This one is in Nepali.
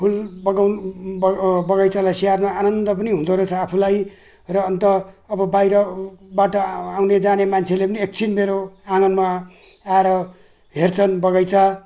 फुल बगान बगा बगैँचालाई स्याहार्नु आनन्द पनि हुँदो रहेछ आफूलाई र अन्त अब बाहिरबाट आउने जाने मान्छेले पनि एकछिन मेरो आँगनमा आएर हेर्छन् बगैँचा